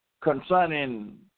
concerning